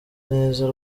neza